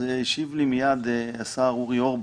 השיב לי מייד השר אורי אורבך,